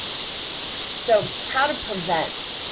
so, how to prevent,